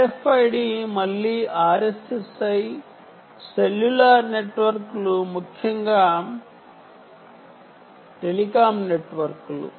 RFID మళ్ళీ RSSI cellular నెట్వర్క్లు ముఖ్యంగా టెలికాం నెట్వర్క్లు